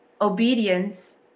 obedience